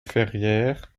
ferrières